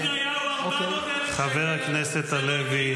חבר הכנסת הלוי.